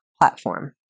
platform